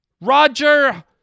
Roger